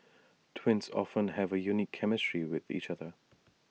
twins often have A unique chemistry with each other